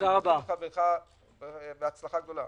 הצלחה גדולה.